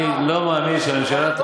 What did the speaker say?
אני לא מאמין שהממשלה,